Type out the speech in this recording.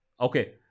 Okay